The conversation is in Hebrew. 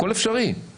הכול אפשרי, אבל